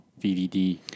VVD